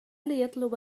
ليطلب